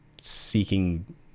seeking